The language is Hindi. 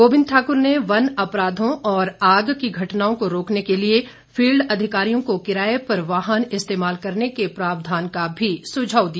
गोविंद ठाकुर ने वन अपराधों और आग की घटनाओं को रोकने के लिए फील्ड अधिकारियों को किराए पर वाहन इस्तेमाल करने के प्रावधान का भी सुझाव दिया